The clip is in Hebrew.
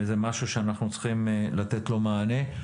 זה משהו שאנחנו צריכים לתת לו מענה.